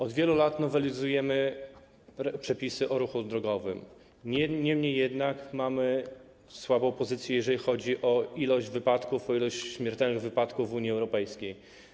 Od wielu lat nowelizujemy przepisy o ruchu drogowym, niemniej jednak mamy słabą pozycję, jeżeli chodzi o liczbę wypadków, liczbę śmiertelnych wypadków, w Unii Europejskiej.